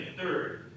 third